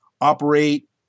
operate